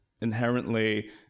inherently